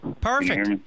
Perfect